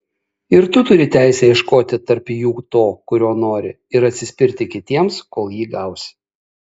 ir tu turi teisę ieškoti tarp jų to kurio nori ir atsispirti kitiems kol jį gausi